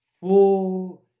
full